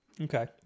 Okay